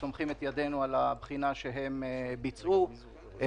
ואילו אצל סוכן הביטוח הוא קיבל פיצוי בתוך שלושה שבועות מרגע ההצפה,